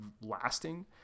lasting